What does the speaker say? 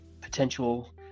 potential